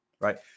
right